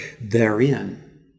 therein